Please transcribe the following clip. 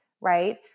right